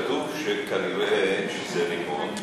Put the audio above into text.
בתקשורת כתוב שכנראה זה רימון.